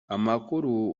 amakuru